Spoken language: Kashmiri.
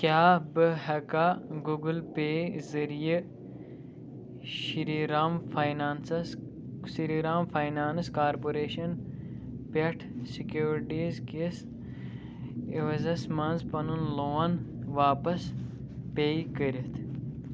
کیٛاہ بہٕ ہٮ۪کا گوٗگٕل پے ذٔریعہِ Shri Ram finances Shri Ram finance corporation پٮ۪ٹھ سِکیورٹیٖز کِس عِوزَس منٛز پَنُن لون واپس پے کٔرِتھ؟